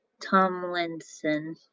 Tomlinson